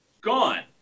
Gone